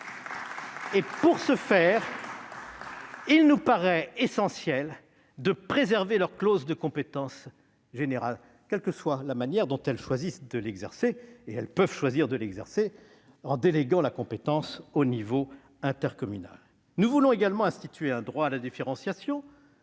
Pour ce faire, il nous paraît essentiel de préserver leur clause de compétence générale, quelle que soit la manière dont elles choisissent de l'exercer : elles peuvent bien sûr choisir de déléguer la compétence au niveau intercommunal. Madame la ministre, nous voulons également instituer un droit à la différenciation.